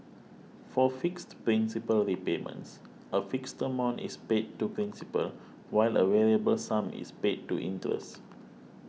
for fixed principal repayments a fixed amount is paid to principal while a variable sum is paid to interest